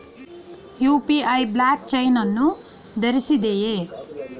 UPI block chain ಅನ್ನು ಆಧರಿಸಿದೆಯೇ?